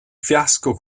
fiasco